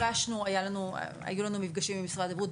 היו לנו מפגשים עם משרד הבריאות.